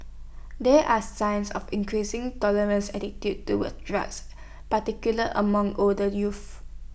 there are signs of increasing tolerance attitudes towards drugs particular among older youth